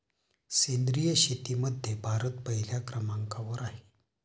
सेंद्रिय शेतीमध्ये भारत पहिल्या क्रमांकावर आहे